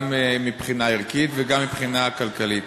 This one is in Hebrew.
גם מבחינה ערכית וגם מבחינה כלכלית.